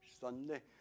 Sunday